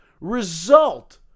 result